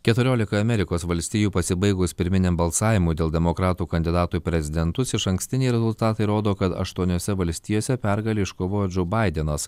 keturiolikoje amerikos valstijų pasibaigus pirminiam balsavimui dėl demokratų kandidatų į prezidentus išankstiniai rezultatai rodo kad aštuoniose valstijose pergalę iškovojo džou baidenas